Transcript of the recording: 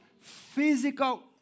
physical